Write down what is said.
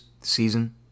season